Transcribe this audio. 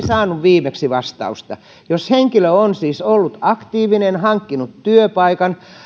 saanut viimeksi vastausta jos henkilö on siis ollut aktiivinen hankkinut työpaikan